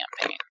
campaign